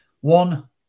one